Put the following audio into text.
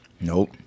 Nope